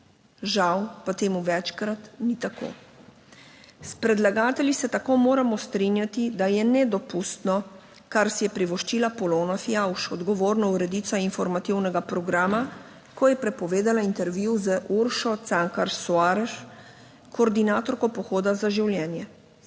žal pa temu večkrat ni tako. S predlagatelji se tako moramo strinjati, da je nedopustno kar si je privoščila Polona Fijavž, odgovorna urednica Informativnega programa, ko je prepovedala intervju z Uršo Cankar / nerazumljivo/, koordinatorko Pohoda za življenje.